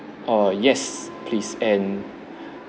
err yes please and